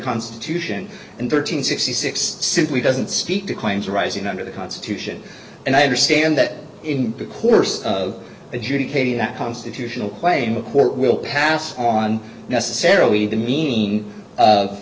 constitution and thirteen sixty six simply doesn't speak to claims arising under the constitution and i understand that in the course of educating that constitutional claim a court will pass on necessarily the meaning of